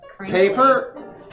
Paper